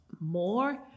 more